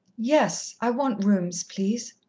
yes, i want rooms, please.